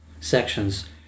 sections